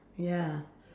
ya